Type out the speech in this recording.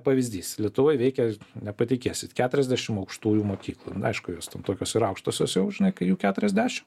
pavyzdys lietuvoj veikia nepatikėsit keturiasdešimt aukštųjų mokyklų aišku jos ten tokios ir aukštosios jau žinai kai jų keturiasdešimt